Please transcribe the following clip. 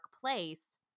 place